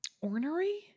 ornery